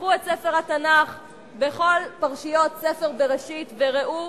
פתחו את ספר התנ"ך בכל פרשיות ספר בראשית וראו